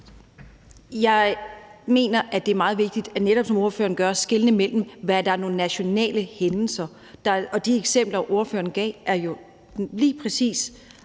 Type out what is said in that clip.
Jeg mener, at det er meget vigtigt – netop som ordføreren gør – at skelne mellem det, altså hvad der er nationale hændelser. Og de eksempler, ordføreren gav, er jo lige præcis